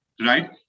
right